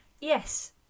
Yes